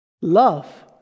Love